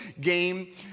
game